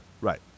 Right